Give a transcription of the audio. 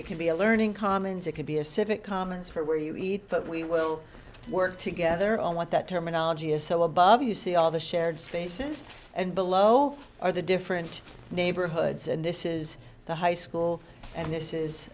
it can be a learning commons it can be a civic commons from where you eat but we will work together on what that terminology is so above you see all the shared spaces and below are the different neighborhoods and this is the high school and this is